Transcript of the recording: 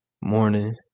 morning